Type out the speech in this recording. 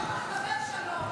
--- לדבר שלוש.